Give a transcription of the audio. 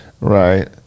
right